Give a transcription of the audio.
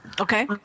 Okay